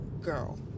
girl